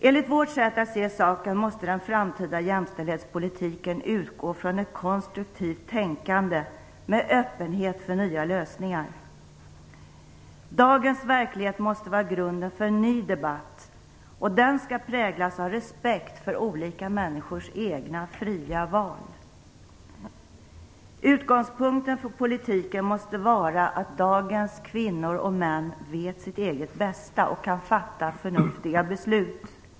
Enligt vårt sätt att se på saken måste den framtida jämställdhetspolitiken utgå från ett konstruktivt tänkande med öppenhet för nya lösningar. Dagens verklighet måste utgöra grunden för en ny debatt. Den skall präglas av respekt för olika människors egna, fria val. Utgångspunkten för politiken måste vara att dagens kvinnor och män vet sitt eget bästa och kan fatta förnuftiga beslut.